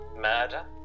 Murder